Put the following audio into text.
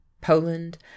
Poland